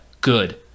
good